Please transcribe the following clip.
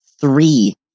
Three